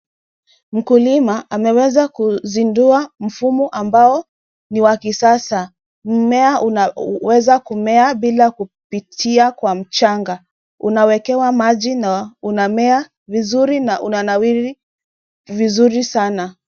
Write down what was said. Mkulima ameweza kuzindua mfumo ambao ni wa kisasa. Mmea unaweza kumea bila kupitia kwa mchanga. Unawekewa maji na unamea vizuri na unanawiri vizuri sana.